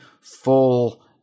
full